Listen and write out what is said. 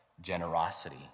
generosity